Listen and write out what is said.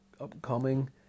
upcoming